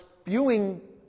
spewing